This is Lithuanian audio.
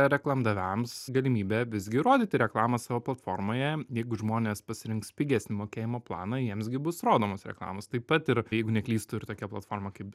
reklamdaviams galimybę visgi rodyti reklamas savo platformoje jeigu žmonės pasirinks pigesnį mokėjimo planą jiems gi bus rodomos reklamos taip pat ir jeigu neklystu ir tokia platforma kaip